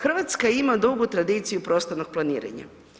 Hrvatska ima dugu tradiciju prostornog planiranja.